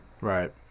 right